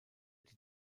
die